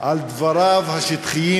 על דבריו השטחיים,